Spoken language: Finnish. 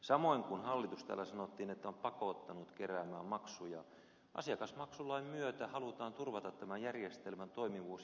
samoin kun täällä sanottiin että hallitus on pakottanut keräämään maksuja asiakasmaksulain myötä halutaan turvata tämän järjestelmän toimivuus jatkossakin